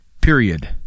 period